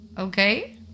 Okay